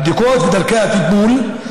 הבדיקות ודרכי הטיפול,